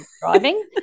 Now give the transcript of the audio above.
driving